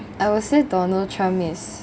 I will say donald trump is